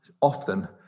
often